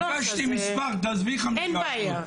ביקשתי מספר, תעזבי איך נראה הכל.